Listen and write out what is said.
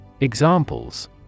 Examples